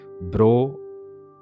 bro